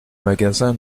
magasin